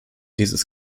dieses